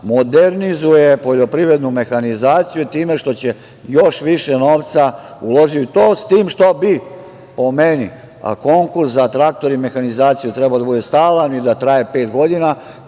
modernizuje poljoprivrednu mehanizaciju time što će još više novca uložiti u tom, s tim što bi po meni, konkurs za traktore i mehanizaciju trebao da bude stalan i da traje pet godina,